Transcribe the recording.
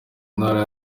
ntara